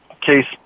case